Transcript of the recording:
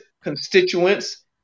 constituents